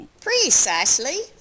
Precisely